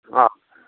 अँ